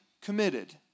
committed